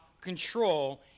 control